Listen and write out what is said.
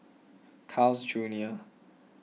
Carl's Junior